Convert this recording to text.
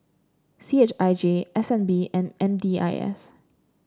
C H I J S N B and N D I S